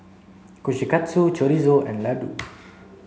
Kushikatsu Chorizo and Ladoo